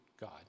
God